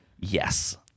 Yes